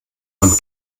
beim